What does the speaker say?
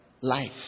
life